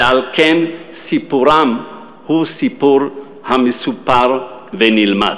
ועל כן סיפורם הוא סיפור המסופר ונלמד,